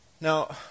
Now